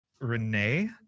Renee